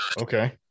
okay